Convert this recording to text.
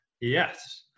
Yes